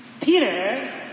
Peter